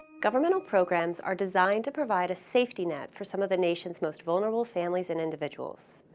governmental programs are designed to provide a safety net for some of the nation's most vulnerable families and individuals.